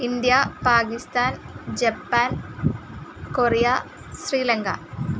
India Pakistan Japan Korea Sri Lanka